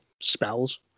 spells